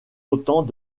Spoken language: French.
autant